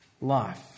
life